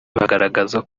bagaragazaga